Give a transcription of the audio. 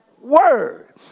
word